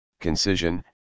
concision